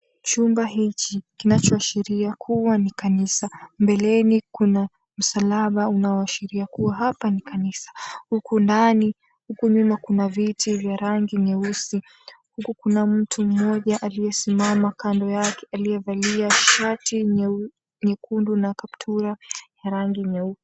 Chumba hichi kinachoashiria kuwa ni kanisa. Mbeleni kuna msalaba unaoashiria kuwa hapa ni kanisa. Huku ndani, huku nyuma kuna viti vya rangi nyeusi. Huku kuna mtu mmoja aliyesimama kando yake aliyevalia shati nyekundu na kaptura ya rangi nyeupe.